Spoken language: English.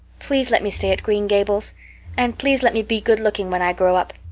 please let me stay at green gables and please let me be good-looking when i grow up.